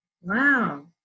wow